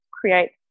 create